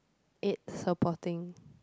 it supporting